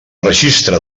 registre